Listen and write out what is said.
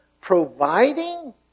providing